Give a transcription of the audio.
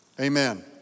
Amen